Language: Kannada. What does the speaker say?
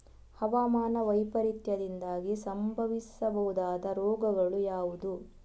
ಹವಾಮಾನ ವೈಪರೀತ್ಯದಿಂದಾಗಿ ಸಂಭವಿಸಬಹುದಾದ ರೋಗಗಳು ಯಾವುದು?